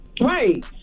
Right